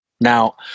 Now